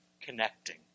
connecting